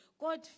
God